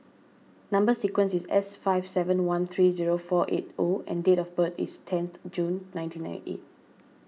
Number Sequence is S five seven one three zero four eight O and date of birth is tenth June nineteen ninety eight